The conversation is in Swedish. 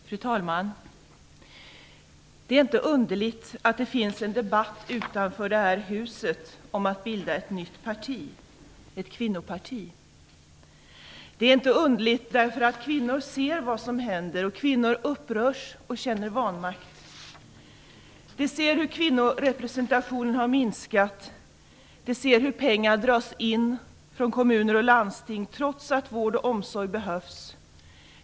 Fru talman! Det är inte underligt att det finns en debatt utanför detta hus om att bilda ett nytt parti -- ett kvinnoparti! Det är inte underligt, därför att kvinnor ser vad som händer, upprörs och känner vanmakt. De ser hur kvinnorepresentationen har minskat. De ser hur pengar dras in från kommuner och landsting, trots att vård och omsorg behövs.